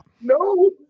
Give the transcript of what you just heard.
No